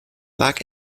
lag